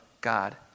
God